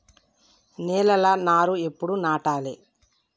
నేలలా నారు ఎప్పుడు నాటాలె?